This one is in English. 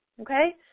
okay